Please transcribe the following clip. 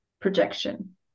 projection